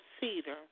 cedar